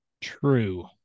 True